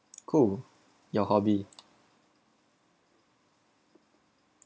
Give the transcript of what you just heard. cool your hobby